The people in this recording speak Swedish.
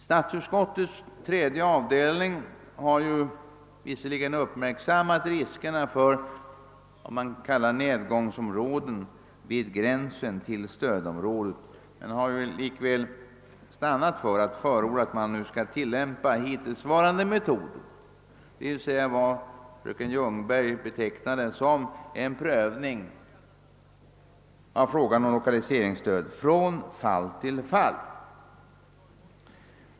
Statsutskottets tredje avdelning har visserligen uppmärksammat riskerna för vad man kallar nedgångsområden vid gränsen till stödområden, men man har likväl stannat för att det skall tillämpas samma metoder som hittills, d.v.s. det som fröken Ljungberg betecknade som en prövning av frågan om lokaliseringsstöd från fall till fall.